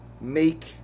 make